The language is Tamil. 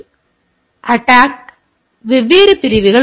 எனவே இவை அட்டாக் இன் வெவ்வேறு பிரிவுகள்